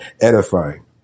edifying